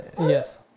Yes